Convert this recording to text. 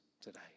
today